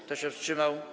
Kto się wstrzymał?